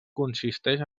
consisteix